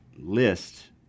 list